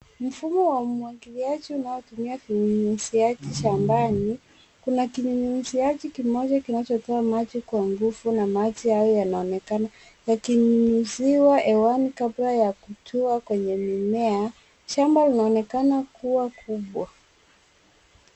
Mfumo wa umwagiliaji unaotumia vinyunyuziaji cha ndani. Kuna kinyunyuziaji kimoja kinachotoa maji kwa nguvu na maji hayo yanaonekana yakinyunyuziwa hewani kabla ya kutua kwenye mimea. Shamba linaonekana kuwa kubwa.